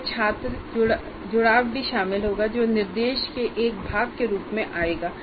इसमें छात्र जुड़ाव भी शामिल होगा जो निर्देश के एक भाग के रूप में आएगा